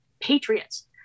Patriots